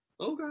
Okay